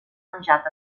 menjat